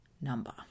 number